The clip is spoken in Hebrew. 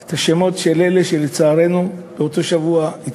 את השמות של אלה שלצערנו התאבדו באותו שבוע.